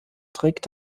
trägt